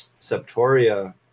septoria